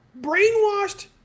Brainwashed